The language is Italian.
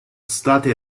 state